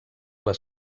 les